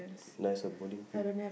there's a bowling pin